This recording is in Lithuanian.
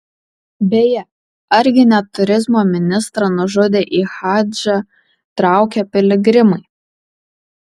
beje argi ne turizmo ministrą nužudė į hadžą traukę piligrimai